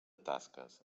tasques